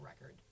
record